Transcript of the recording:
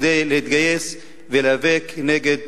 כדי להתגייס ולהיאבק נגד